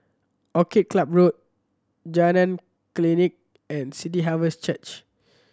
Orchid Club Road Jalan Klinik and City Harvest Church